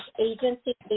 agency